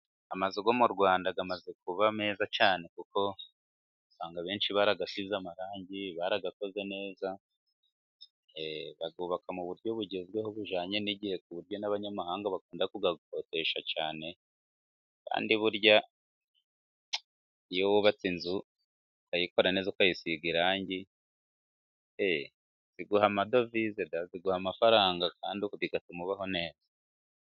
Amazu yo mu Rwanda amaze kuba meza cyane, kuko usanga abenshi barayasize amarangi barayakoze neza bayubaka mu buryo bugezweho bujyanye n'igihe, ku buryo n'abanyamahanga bakunda kugakodesha cyane, kandi burya iyo wubatse inzu ukayikora neza ukayisiga irangi, biguha amadovize biguha amafaranga kandi bigatuma ubaho neza.